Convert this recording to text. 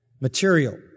material